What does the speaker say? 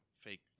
fake